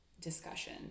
discussion